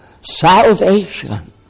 salvation